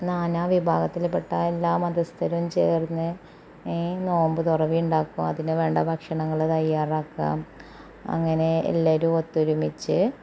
നാനാവിഭാഗത്തിലും പെട്ട എല്ലാ മതസ്ഥരും ചേർന്ന് നോമ്പ് തൊറവേണ്ടാക്കും അതിന് വേണ്ട ഭക്ഷണങ്ങൾ തയ്യാറാക്കാം അങ്ങനെ എല്ലാവരും ഒത്തൊരുമിച്ച്